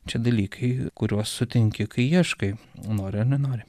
čia dalykai kuriuos sutinki kai ieškai nori ar nenori